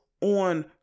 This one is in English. on